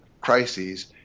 Crises